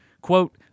Quote